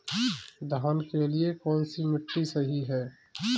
धान के लिए कौन सी मिट्टी सही है?